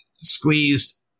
squeezed